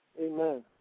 Amen